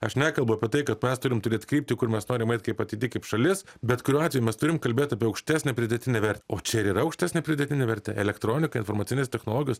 aš nekalbu apie tai kad mes turim turėt kryptį kur mes norim eit ateity kaip šalis bet kuriuo atveju mes turim kalbėt apie aukštesnę pridėtinę vertę o čia ir yra aukštesnė pridėtinė vertė elektronika informacinės technologijas